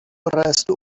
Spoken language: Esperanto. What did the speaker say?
restu